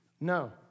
No